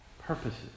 purposes